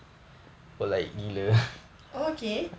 okay